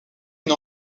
une